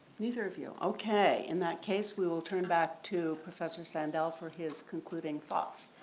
neither of you okay. in that case, we will turn back to professor sandel for his concluding thoughts.